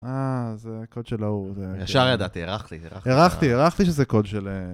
אה זה קוד של ההוא, ישר ידעתי, הרחתי, הרחתי, הרחתי שזה קוד שלהם.